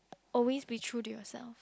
always be true to yourself